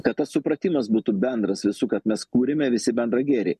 kad tas supratimas būtų bendras visų kad mes kuriame visi bendrą gėrį